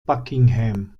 buckingham